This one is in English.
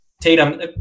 Tatum